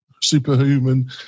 Superhuman